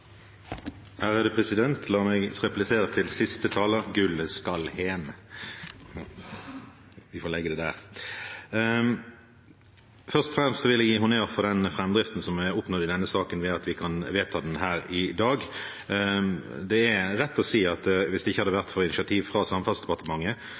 Gullet skal «hem». Vi får legge det der. Først og fremst vil jeg gi honnør for framdriften som er oppnådd i denne saken, ved at vi kan vedta den her i dag. Det er rett å si at hvis det ikke hadde